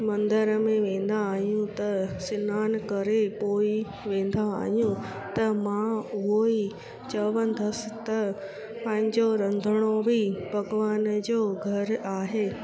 मंदर में वेंदा आहियूं त सनानु करे पो ई वेंदा आ्यूंहि त मां उहि ई चवंदसि त पंहिंजो रंधिणो बि भॻिवान जो घर आहे